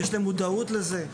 יש להם מודעות לזה.